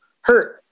hurt